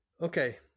Okay